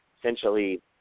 essentially –